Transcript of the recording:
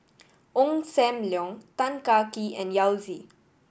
Ong Sam Leong Tan Kah Kee and Yao Zi